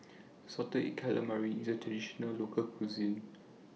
Salted Egg Calamari IS A Traditional Local Cuisine